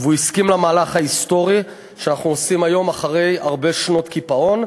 והוא הסכים למהלך ההיסטורי שאנחנו עושים היום אחרי הרבה שנות קיפאון.